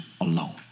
alone